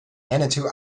manitou